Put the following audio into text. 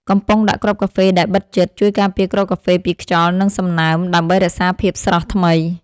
កំប៉ុងដាក់គ្រាប់កាហ្វេដែលបិទជិត ជួយការពារគ្រាប់កាហ្វេពីខ្យល់ និងសំណើមដើម្បីរក្សាភាពស្រស់ថ្មី។